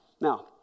Now